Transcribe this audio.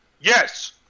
Yes